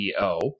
CEO